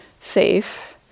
safe